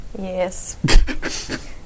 Yes